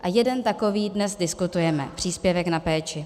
A jeden takový dnes diskutujeme, příspěvek na péči.